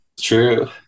true